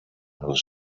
was